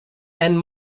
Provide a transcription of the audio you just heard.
and